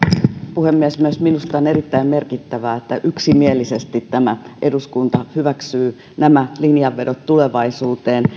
puhemies myös minusta on erittäin merkittävää että yksimielisesti tämä eduskunta hyväksyy nämä linjanvedot tulevaisuuteen